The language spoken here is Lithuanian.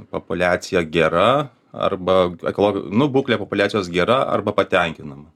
populiacija gera arba ekolo nu būklė populiacijos gera arba patenkinama